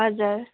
हजुर